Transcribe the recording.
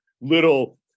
little